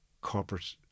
corporate